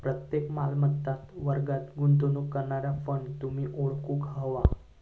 प्रत्येक मालमत्ता वर्गात गुंतवणूक करणारा फंड तुम्ही ओळखूक व्हया